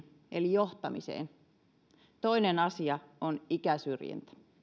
johtamiseen toinen asia on ikäsyrjintä